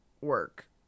work